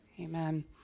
Amen